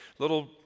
Little